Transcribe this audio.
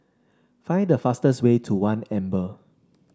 find the fastest way to One Amber